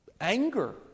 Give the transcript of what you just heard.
anger